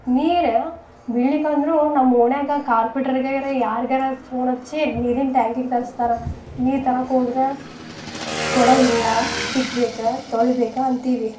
ನೀರು ಬೀಳಿಕಂದರೂ ನಮ್ಮ ಓಣ್ಯಾಗ ಕಾರ್ಪಿಟ್ರ್ಗೇರೇ ಯಾರ್ಗಾರ ಪೋನ್ ಹಚ್ಚಿ ನೀರಿನ ಟ್ಯಾಂಕಿಗೆ ತರುಸ್ತಾರೆ ನೀರು ತರೋಕೆ ಹೋದ್ರ ಕೂಡ ಇಲ್ಲ ತಿಕ್ಬೇಕು ತೊಳಿಬೇಕು ಅಂತೀವಿ